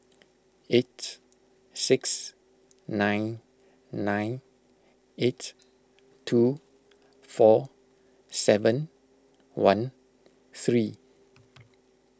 eight six nine nine eight two four seven one three